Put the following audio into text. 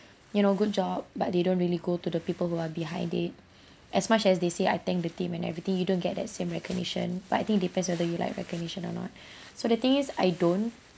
you know good job but they don't really go to the people who are behind it as much as they say I thank the team and everything you don't get that same recognition but I think it depends whether you like recognition or not so the thing is I don't